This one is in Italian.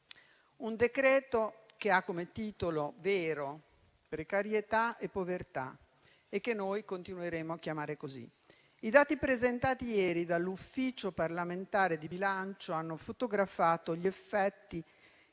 Un decreto-legge che ha come titolo vero "precarietà e povertà" e che noi continueremo a chiamare così. I dati presentati ieri dall'Ufficio parlamentare di bilancio hanno fotografato gli effetti